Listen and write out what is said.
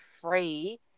free